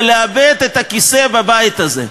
היא לאבד את הכיסא בבית הזה,